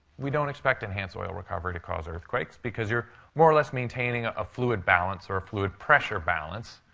we don't expect enhanced oil recovery to cause earthquakes because you're more or less maintaining ah a fluid balance, or a fluid pressure balance.